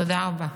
תודה רבה.